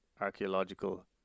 archaeological